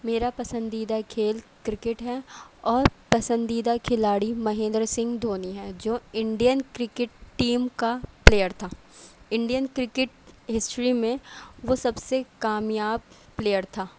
میرا پسندیدہ کھیل کرکٹ ہے اور پسندیدہ کھلاڑی مہیندر سنگھ دھونی ہے جو انڈین کرکٹ ٹیم کا پلیئر تھا انڈین کرکٹ ہسٹری میں وہ سب سے کامیاب پلیئر تھا